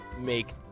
make